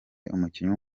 umukinnyi